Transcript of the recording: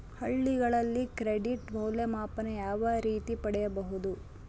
ಹಳ್ಳಿಗಳಲ್ಲಿ ಕ್ರೆಡಿಟ್ ಮೌಲ್ಯಮಾಪನ ಯಾವ ರೇತಿ ಪಡೆಯುವುದು?